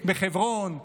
בחברון,